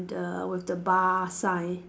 the with the bar sign